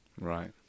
Right